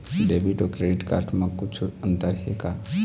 Debit अऊ credit card म कुछू अंतर हे का?